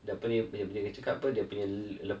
dia punya apa apa dia cakap dia punya le~